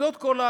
זו כל האגרה.